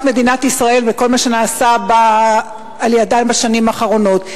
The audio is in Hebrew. מדינת ישראל וכל מה שנעשה על-ידן בשנים האחרונות.